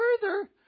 further